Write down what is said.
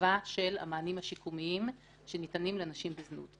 הרחבה של המענים השיקומיים שניתנים לנשים בזנות.